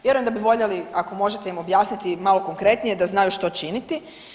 Vjerujem da bi voljeli ako možete ih objasniti malo konkretnije da znaju što činiti.